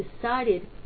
decided